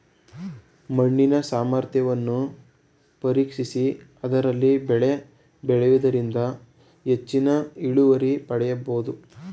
ಮಣ್ಣಿನ ಸಾಮರ್ಥ್ಯವನ್ನು ಪರೀಕ್ಷಿಸಿ ಅದರಲ್ಲಿ ಬೆಳೆ ಬೆಳೆಯೂದರಿಂದ ಹೆಚ್ಚಿನ ಇಳುವರಿ ಪಡೆಯಬೋದು